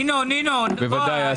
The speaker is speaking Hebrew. בוודאי.